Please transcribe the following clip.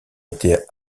été